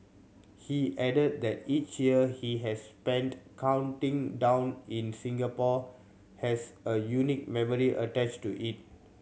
he added that each year he has spent counting down in Singapore has a unique memory attached to it